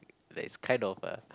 that is kind of uh